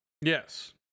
Yes